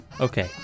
okay